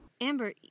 Amber